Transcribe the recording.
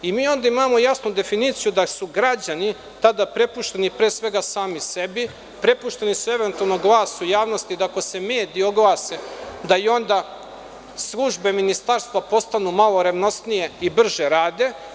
Onda imamo jasnu situaciju da su građani tada prepušteni, pre svega sami sebi, prepušteni su, eventualnom glasu javnosti, da ako se mediji oglase da i onda službe ministarstva postanu malo revnosnije i brže rade.